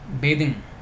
bathing